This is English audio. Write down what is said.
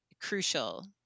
crucial